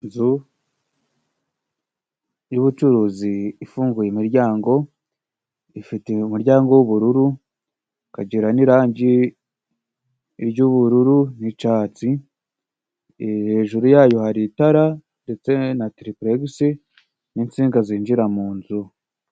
Inzu y'ubucuruzi ifunguye imiryango, ifite umuryango w'ubururu, ikagira n'irangi ry'ubururu n'icatsi, hejuru yayo hari itara ndetse na tiriperegisi n'insinga zinjira mu nzu.